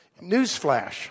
Newsflash